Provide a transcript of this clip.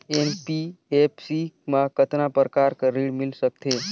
NBFC मा कतना प्रकार कर ऋण मिल सकथे?